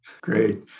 Great